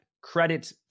credit